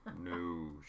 No